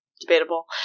debatable